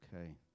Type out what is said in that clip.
Okay